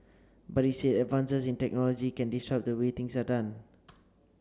but he said advances in technology can disrupt the way things are done